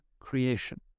creation